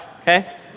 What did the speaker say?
Okay